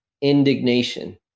indignation